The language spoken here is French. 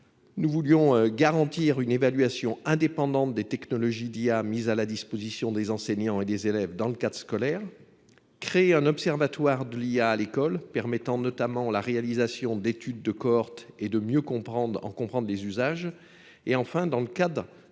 Nous voulions garantir une évaluation indépendante des technologies d'IA mises à la disposition des enseignants et des élèves dans le cadre scolaire, créer un observatoire de l'IA à l'école permettant notamment la réalisation d'études de cohortes et de mieux comprendre en comprendre les usages, Et enfin, dans le cadre du